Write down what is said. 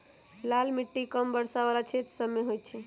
लाल माटि कम वर्षा वला क्षेत्र सभमें होइ छइ